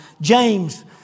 James